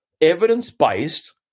evidence-based